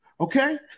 okay